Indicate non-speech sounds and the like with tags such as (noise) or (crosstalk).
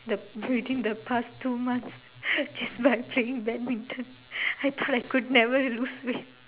the within the past two months (laughs) just by playing badminton I thought I could never lose weight